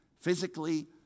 physically